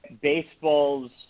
baseball's